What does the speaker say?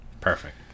Perfect